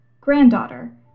granddaughter